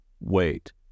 wait